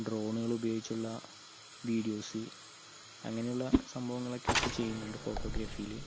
ട്രാണുകൾ ഉപയോഗിച്ചുള്ള വിഡീയോസ് അങ്ങനെയുള്ള സംഭവങ്ങളൊക്കെ ഇപ്പോൾ ചെയ്യുന്നുണ്ട് ഫോട്ടോഗ്രാഫിയിൽ